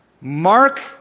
Mark